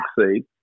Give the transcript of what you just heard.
succeed